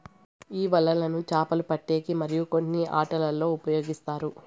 ఈ వలలను చాపలు పట్టేకి మరియు కొన్ని ఆటలల్లో ఉపయోగిస్తారు